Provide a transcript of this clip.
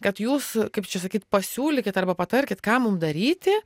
kad jūs kaip čia sakyt pasiūlykit arba patarkit ką mum daryti